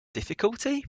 difficulty